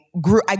grew